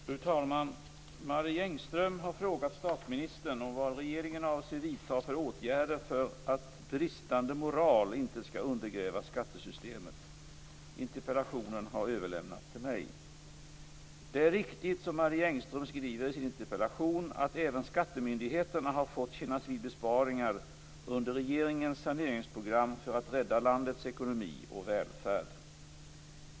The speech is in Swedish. Fru talman! Marie Engström har frågat statsministern vilka åtgärder regeringen avser att vidta för att bristande moral inte skall undergräva skattesystemet. Interpellationen har överlämnats till mig. Det är riktigt som Marie Engström skriver i sin interpellation att även skattemyndigheterna har fått kännas vid besparingar under regeringens saneringsprogram för att rädda landets ekonomi och välfärd.